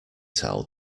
towel